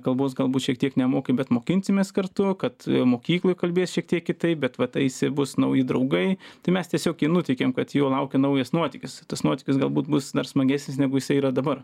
kalbos galbūt šiek tiek nemoki bet mokinsimės kartu kad mokykloj kalbės šiek tiek kitaip bet vat aisi bus nauji draugai tai mes tiesiog jį nuteikėm kad jo laukia naujus nuotykis tas nuotykis galbūt bus dar smagesnis negu jisai yra dabar